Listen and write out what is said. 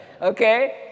Okay